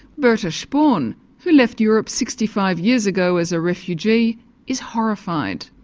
bertha sporn who left europe sixty five years ago as a refugee is horrified.